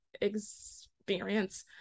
experience